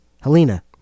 Helena